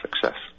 success